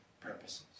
purposes